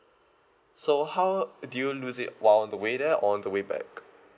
so how do you lose it while on the way there or on the way back